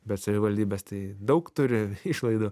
bet savivaldybės tai daug turi išlaidų